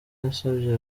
yasabye